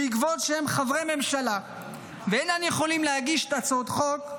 ומשום שהם חברי ממשלה ואין הם יכולים להגיש את הצעות החוק,